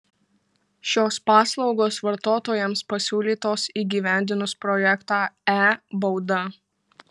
šios paslaugos vartotojams pasiūlytos įgyvendinus projektą e bauda